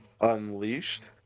Unleashed